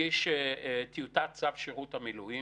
הגוף העיקרי היה מתגייס בראשון עד חמישי.